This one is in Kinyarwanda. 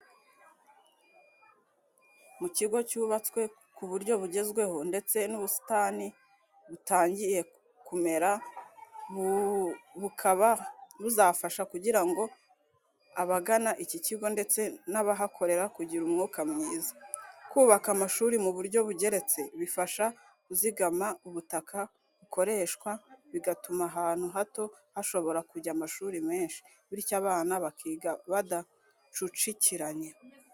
Mu kigo cyubatswe ku buryo bugezweho, ndetse n'ubusitani butangiye kumera bukaba buzafasha kugira ngo abagana iki kigo ndetse n'abahakorera kugira umwuka mwiza. Kubaka amashuri mu buryo bugeretse bifasha kuzigama ubutaka bukoreshwa, bigatuma ahantu hato hashobora kujya amashuri menshi, bityo abana bakiga badacucikiranye.